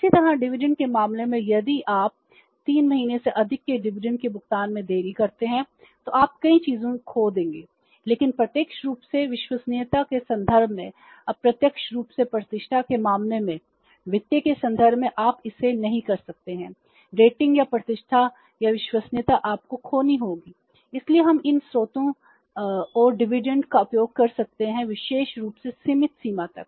इसी तरह डिविडेंड का उपयोग कर सकते हैं विशेष रूप से सीमित सीमा तक